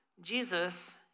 Jesus